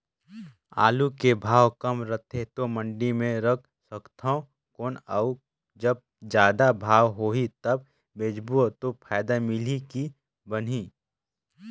आलू के भाव कम रथे तो मंडी मे रख सकथव कौन अउ जब जादा भाव होही तब बेचबो तो फायदा मिलही की बनही?